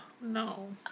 no